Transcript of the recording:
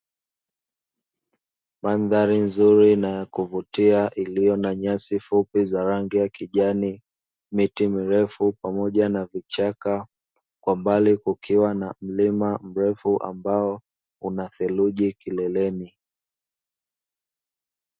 Mandhari fupi na yakuvutia iliyo na nyasi za rangi ya kijani, miti mirefu pamoja na vichaka, kwa mbali kukiwa na mlima mrefu ambao unatheluji kileleni.